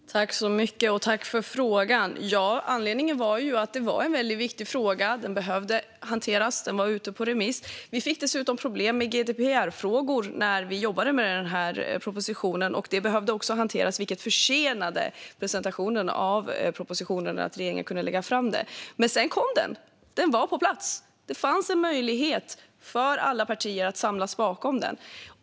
Fru talman! Tack, ledamoten, för frågan! Anledningen var att det var en väldigt viktig fråga som behövde hanteras. Den var ute på remiss, och vi fick dessutom problem med GDPR-frågor när vi jobbade med propositionen. Detta behövde också hanteras, vilket försenade regeringens presentation av propositionen. Men sedan kom den. Den var på plats, och det fanns en möjlighet för alla partier att samlas bakom den.